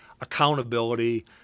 accountability